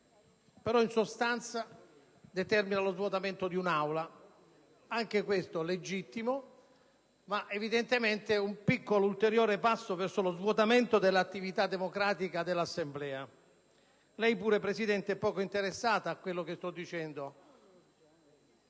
però, esso determina lo svuotamento dell'Aula: anche questo è legittimo, ma è evidentemente un piccolo ulteriore passo verso lo svuotamento dell'attività democratica dell'Assemblea. Lei pure, signora Presidente, è poco interessata a quanto sto dicendo: